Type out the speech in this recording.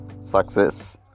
success